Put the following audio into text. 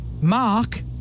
Mark